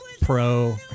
pro